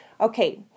okay